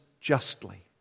justly